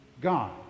God